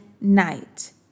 night